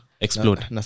Explode